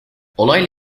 olayla